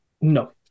No